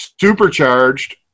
supercharged